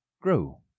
grow